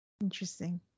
Interesting